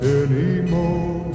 anymore